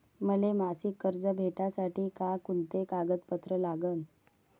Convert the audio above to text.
मले मासिक कर्ज भेटासाठी का कुंते कागदपत्र लागन?